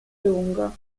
lungo